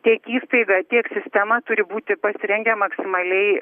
tiek įstaiga tiek sistema turi būti pasirengę maksimaliai